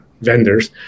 vendors